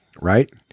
right